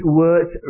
words